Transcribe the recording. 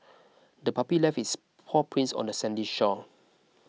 the puppy left its paw prints on the sandy shore